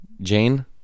Jane